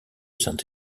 saint